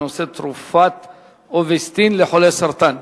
בנושא: תרופת "אווסטין" לחולי סרטן.